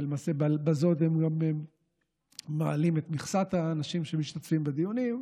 ולמעשה בזאת הם גם מעלים את מכסת האנשים שמשתתפים בדיונים,